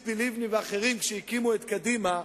ציפי לבני ואחרים כשהקימו את קדימה,